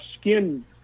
skin